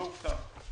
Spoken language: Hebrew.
לא הובטח,